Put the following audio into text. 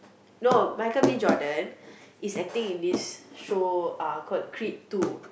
no Michael-B-Jordan is acting in this show ah called Creed-two